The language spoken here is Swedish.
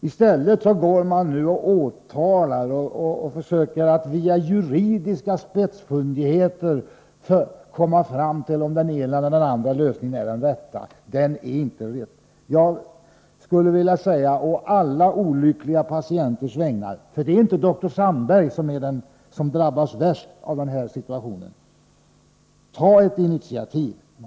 I stället åtalar man nu och försöker att via juridiska spetsfundigheter finna ut om den ena eller andra lösningen är den rätta. Jag skulle vilja säga å alla olyckliga patienters vägnar: Det är inte dr Sandberg som drabbas värst av den här situationen. Ta ett initiativ!